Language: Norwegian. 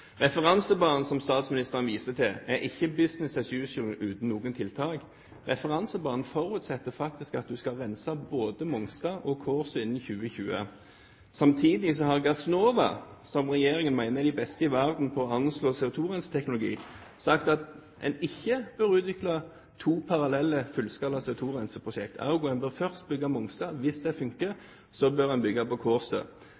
Referansebanen som statsministeren viser til, er ikke «business as usual» uten noen tiltak. Referansebanen forutsetter faktisk at en skal rense både Mongstad og Kårstø innen 2020. Samtidig har Gassnova, som regjeringen mener er de beste i verden på å anslå CO2-renseteknologi, sagt at en ikke bør utvikle to parallelle fullskala CO2-renseprosjekt. Ergo: En bør først bygge Mongstad, og hvis det funker,